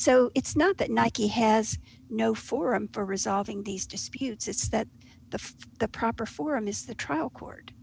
so it's not that nike has no forum for resolving these disputes it's that the the proper forum is the trial court